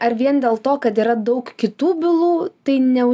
ar vien dėl to kad yra daug kitų bylų tai ne